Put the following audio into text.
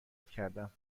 کردم